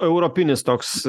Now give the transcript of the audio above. europinis toks